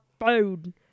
food